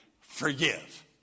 forgive